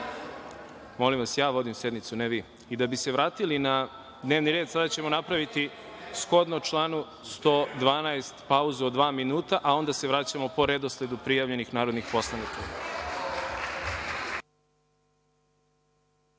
vas, ja vodim sednicu, ne vi. Da bi se vratili na dnevni red, sada ćemo napraviti, shodno članu 112, pauzu od dva minuta, a onda se vraćamo po redosledu prijavljenih narodnih poslanika.(Posle